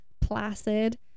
placid